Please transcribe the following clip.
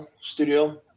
Studio